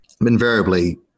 invariably